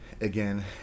again